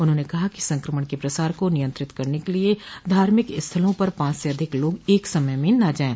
उन्होंने कहा कि संक्रमण के प्रसार को नियंत्रित करने के लिये धार्मिक स्थलों पर पांच से अधिक लोग एक समय में न जाये